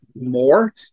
more